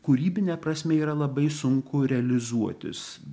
kūrybine prasme yra labai sunku realizuotis